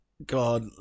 God